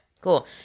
cool